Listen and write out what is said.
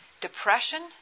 depression